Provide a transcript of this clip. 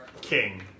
king